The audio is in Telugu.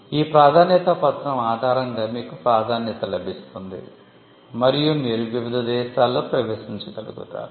ఈ ప్రాధాన్యత పత్రం ఆధారంగా మీకు ప్రాధాన్యత లభిస్తుంది మరియు మీరు వివిధ దేశాలలో ప్రవేశించగలుగుతారు